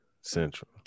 Central